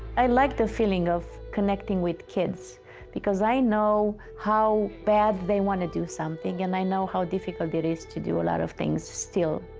i like the feeling of connecting with kids because i know how bad they want to do something and i know how difficult it is to do a lot of things still.